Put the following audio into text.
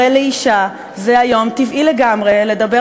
הרי לאישה היום זה טבעי לגמרי לדבר